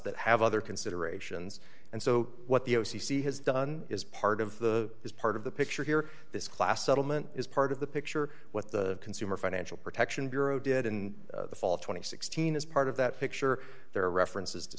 that have other considerations and so what the o c c has done is part of the is part of the picture here this class settlement is part of the picture what the consumer financial protection bureau did in the fall of two thousand and sixteen as part of that picture there are references to